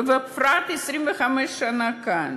ובפרט 25 שנה כאן,